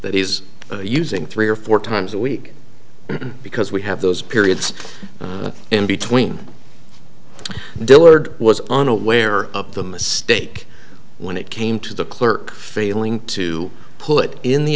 that he's using three or four times a week because we have those periods in between dillard was unaware of the mistake when it came to the clerk failing to put in the